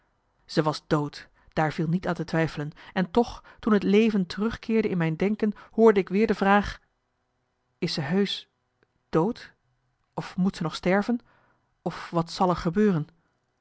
ze was dood daar viel niet aan te twijfelen en toch toen het leven terugkeerde in mijn denken hoorde ik weer de vraag is ze heusch dood of moet ze nog sterven of wat zal er gebeuren